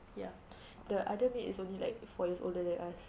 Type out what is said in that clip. ya the other maid is only like four years older than us